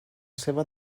seva